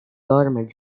government